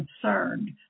concerned